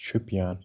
Shopian